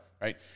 right